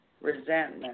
resentment